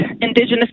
indigenous